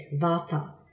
vata